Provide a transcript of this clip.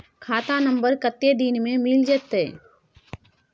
खाता नंबर कत्ते दिन मे मिल जेतै?